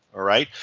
alright.